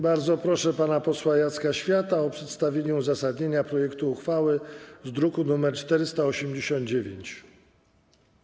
Bardzo proszę pana posła Jacka Świata o przedstawienie uzasadnienia projektu uchwały z druku nr 489.